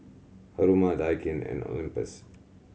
Haruma Daikin and Olympus